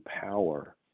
power